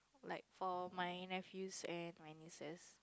like for my nephews and my nieces